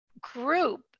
group